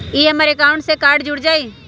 ई हमर अकाउंट से कार्ड जुर जाई?